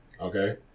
Okay